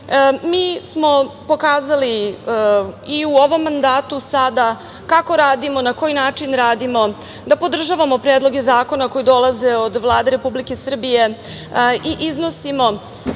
smo pokazali i u ovom mandatu sada kako radimo, na koji način radimo, da podržavamo predloge zakona koji dolaze od Vlade Republike Srbije i iznosimo